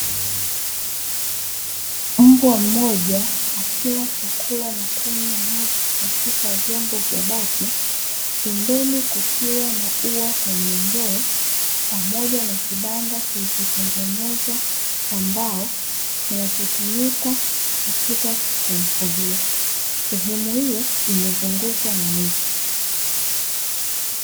Mbwa mmoja, akila chakula na kunywa maji katika vyombo vya bati, pembeni kukiwa na ua kwenye ndoo, pamoja na kibanda kilichotengenezwa kwa mbao, kinachotumika katika kumfugia. Sehemu hiyo imezungukwa na miti.